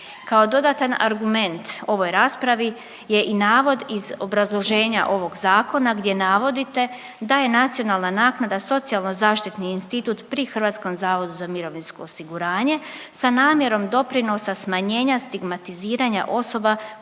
Kao dodatan argument ovoj raspravi je i navod iz obrazloženja ovog zakona gdje navodite da je nacionalna naknada socijalno zaštitni institut pri Hrvatskom zavodu za mirovinsko osiguranje, a namjerom doprinosa smanjenja stigmatiziranja osoba